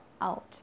out